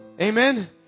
Amen